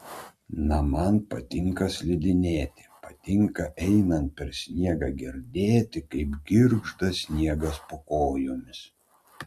na man patinka slidinėti patinka einant per sniegą girdėt kaip girgžda sniegas po kojomis